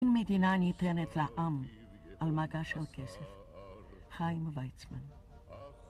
מדינה ניתנת לעם על מגש של כסף. חיים ויצמן